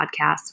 podcast